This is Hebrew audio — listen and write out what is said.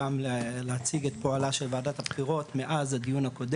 גם להציג את פועלה של וועדת הבחירות מאז הדיון הקודם.